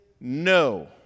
no